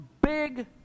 big